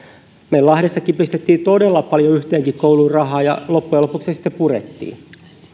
meillä lahdessakin pistettiin todella paljon yhteenkin kouluun rahaa ja loppujen lopuksi se sitten purettiin